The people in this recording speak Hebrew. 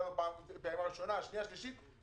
הפעימה הראשונה השנייה והשלישית,